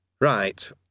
Right